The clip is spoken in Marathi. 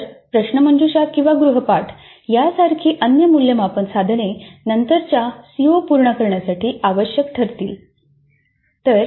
तर प्रश्नमंजुषा किंवा गृहपाठ या सारखी अन्य मूल्यमापन साधने नंतरच्या सीओ पूर्ण करण्यासाठी आवश्यक ठरतील